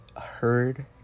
heard